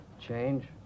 change